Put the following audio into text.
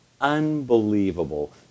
unbelievable